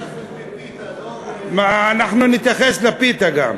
פלאפל בפיתה, לא, אנחנו נתייחס לפיתה גם.